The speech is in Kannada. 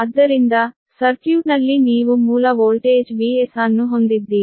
ಆದ್ದರಿಂದ ಸರ್ಕ್ಯೂಟ್ನಲ್ಲಿ ನೀವು ಮೂಲ ವೋಲ್ಟೇಜ್ Vs ಅನ್ನು ಹೊಂದಿದ್ದೀರಿ